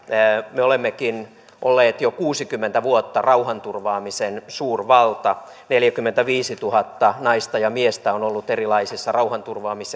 me olemmekin olleet jo kuusikymmentä vuotta rauhanturvaamisen suurvalta neljäkymmentäviisituhatta naista ja miestä on ollut erilaisissa rauhanturvaamis